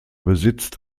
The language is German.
besitzt